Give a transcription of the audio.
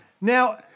Now